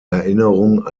erinnerung